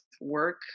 work